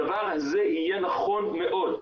הדבר הזה יהיה נכון מאוד,